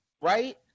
Right